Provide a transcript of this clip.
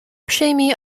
przyjmij